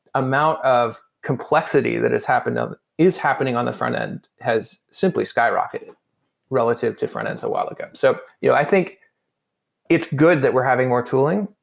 amount of complexity that has happened is happening on the front-end has simply skyrocketed relative to front-ends a while ago. so you know i think it's good that we're having more tooling.